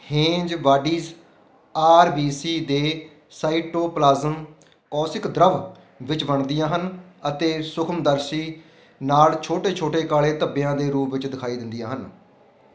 Heinz bodies R B C ਦੇ cytoplasm ਕੋਸਿਕ ਦ੍ਰਵ ਵਿੱਚ ਬਣਦੀਆਂ ਹਨ ਅਤੇ ਸੂਖਮਦਰਸ਼ੀ ਨਾਲ ਛੋਟੇ ਛੋਟੇ ਕਾਲੇ ਧੱਬਿਆਂ ਦੇ ਰੂਪ ਵਿੱਚ ਦਿਖਾਈ ਦਿੰਦੀਆਂ ਹਨ